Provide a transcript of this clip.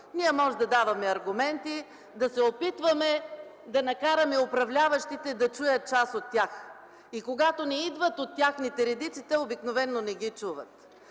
Ние можем да даваме аргументи, да се опитваме да накараме управляващите да чуят част от тях. Когато обаче не идват от техните редици, обикновено те не ги чуват.